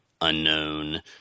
unknown